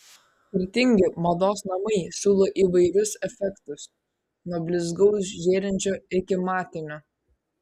skirtingi mados namai siūlo įvairius efektus nuo blizgaus žėrinčio iki matinio